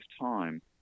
time